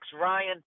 Ryan